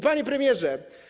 Panie Premierze!